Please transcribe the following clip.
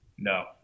No